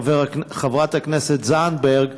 חברת הכנסת זנדברג,